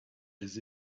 des